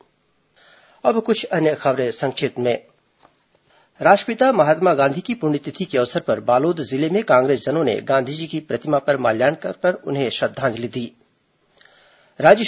संक्षिप्त समाचार अब कुछ अन्य खबरें संक्षिप्त में राष्ट्रपिता महात्मा गांधी की पुण्यतिथि के अवसर पर बालोद जिले में कांग्रेसजनों ने गांधी जी की प्रतिमा पर माल्यार्पण कर उन्हें श्रद्धांजलि अर्पित की